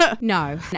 No